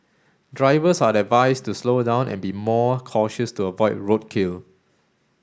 drivers are advised to slow down and be more cautious to avoid roadkill